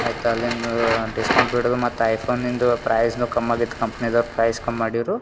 ಆಯ್ತು ಅಲ್ಲಿಂದ ಡಿಸ್ಕೌಂಟ್ ಬಿಡೋದು ಮತ್ತು ಐಫೋನಿಂದು ಪ್ರೈಸ್ನು ಕಮ್ಮಾಗಿತ್ತು ಕಂಪ್ನಿದು ಪ್ರೈಸ್ ಕಮ್ಮಿ ಮಾಡಿರು